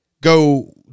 go